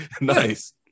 nice